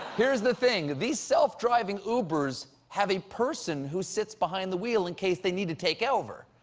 here's the thing these self-driving ubers have a person who sits behind the wheel in case they need to take over.